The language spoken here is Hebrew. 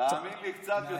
תאמין לי, קצת יותר ממך.